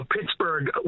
Pittsburgh